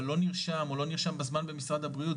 אבל לא נרשם במשרד הבריאות,